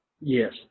Yes